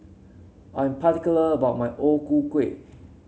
I'm particular about my O Ku Kueh